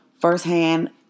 firsthand